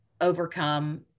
overcome